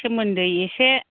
सोमोन्दै एसे